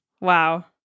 Wow